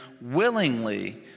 willingly